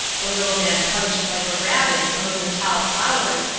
the little man plunged like a rabbit among the tall flowers,